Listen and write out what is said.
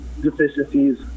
deficiencies